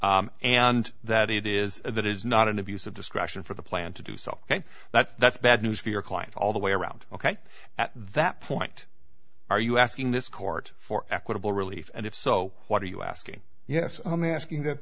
and that it is that is not an abuse of discretion for the plant to do so and that that's bad news for your client all the way around ok at that point are you asking this court for equitable relief and if so what are you asking yes i'm asking that